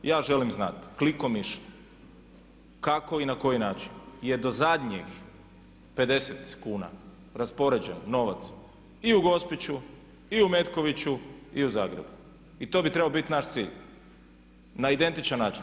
Ja želim znati klikom miša kako i na koji način je do zadnjih 50 kuna raspoređen novac i u Gospiću i u Metkoviću i u Zagrebu i to bi trebao biti naš cilj, na identičan način.